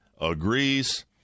agrees